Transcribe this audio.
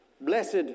blessed